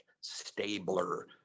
Stabler